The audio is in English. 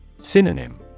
Synonym